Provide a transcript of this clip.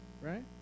Right